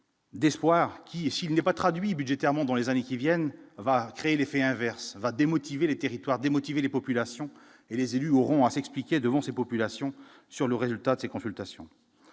d'espoir qui est s'il n'est pas traduit budgétairement dans les années qui viennent va créer l'effet inverse va démotiver les territoires démotiver les populations et les élus auront à s'expliquer devant ses populations sur le résultat de ces consultations,